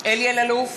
אלי אלאלוף,